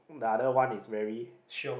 the other one is very